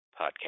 Podcast